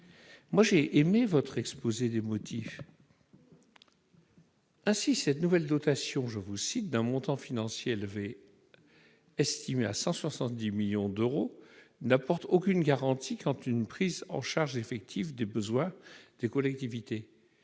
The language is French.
l'objet de votre amendement :« Ainsi, cette nouvelle dotation d'un montant financier élevé, estimé à 170 millions d'euros, n'apporte aucune garantie quant à une prise en charge effective des besoins des collectivités.